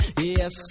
yes